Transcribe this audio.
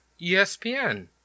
ESPN